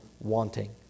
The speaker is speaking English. wanting